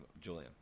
Julian